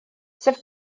sef